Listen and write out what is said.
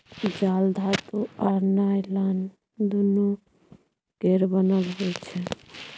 जाल धातु आ नॉयलान दुनु केर बनल होइ छै